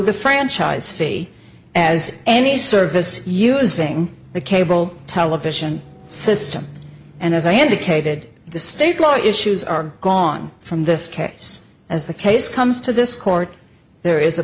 the franchise fee as any service using a cable television system and as i indicated the state law issues are gone from this case as the case comes to this court there is a